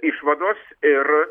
išvados ir